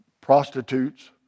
Prostitutes